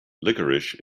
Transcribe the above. licorice